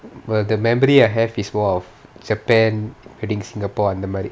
but the memory I have is more of japan invading singapore அந்த மாரி:antha maari